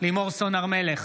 לימור סון הר מלך,